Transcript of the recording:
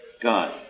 God